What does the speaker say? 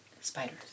spiders